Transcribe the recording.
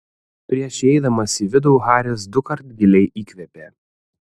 prieš įeidamas į vidų haris dukart giliai įkvėpė